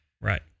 right